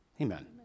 Amen